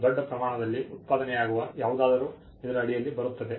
ದೊಡ್ಡ ಪ್ರಮಾಣದಲ್ಲಿ ಉತ್ಪಾದನೆಯಾಗುವ ಯಾವುದಾದರೂ ಇದರ ಅಡಿಯಲ್ಲಿ ಬರುತ್ತದೆ